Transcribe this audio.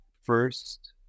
first